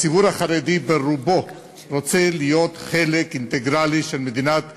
הציבור החרדי ברובו רוצה להיות חלק אינטגרלי של מדינת ישראל,